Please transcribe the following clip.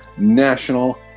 National